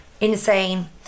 Insane